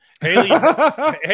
Haley